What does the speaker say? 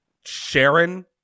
sharon